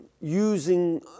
using